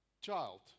child